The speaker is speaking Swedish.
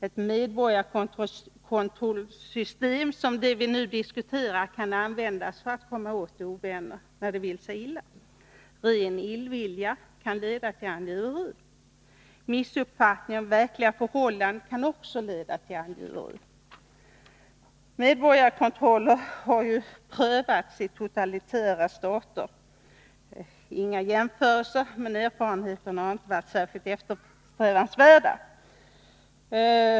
Ett medborgarkontrollsystem som det vi nu diskuterar kan användas för att komma åt ovänner, när det vill sig illa. Ren illvilja kan leda till angiveri. Missuppfattning av verkliga förhållanden kan också leda till angiveri. Medborgarkontroller har prövats i totalitära stater. Jag vill inte göra några jämförelser, men erfarenheterna har inte varit särskilt efterföljansvärda.